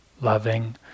loving